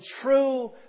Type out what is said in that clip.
true